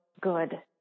good